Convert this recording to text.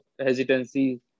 hesitancy